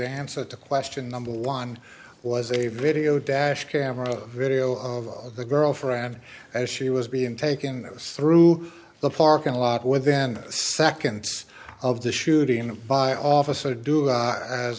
answer to question number one was a video dash camera video of the girlfriend as she was being taken this through the parking lot within seconds of the shooting by officer do it as